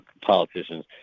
politicians